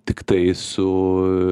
tiktai su